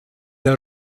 der